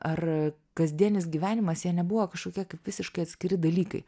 ar kasdienis gyvenimas jie nebuvo kažkokie kaip visiškai atskiri dalykai